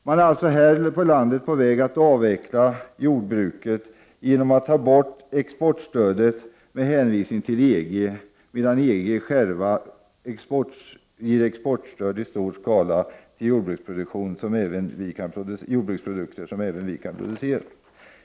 Vi är alltså i Sverige på väg att avveckla jordbruket genom att ta bort exportstöd med hänvisning till EG, medan EG ger exportstöd i stor skala till sådana jordbruksprodukter som även vi kan producera.